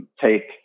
take